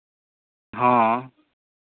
ᱦᱚᱸ